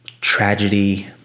tragedy